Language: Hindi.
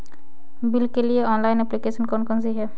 बिल के लिए ऑनलाइन एप्लीकेशन कौन कौन सी हैं?